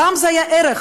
פעם זה היה ערך,